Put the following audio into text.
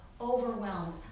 overwhelmed